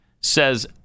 says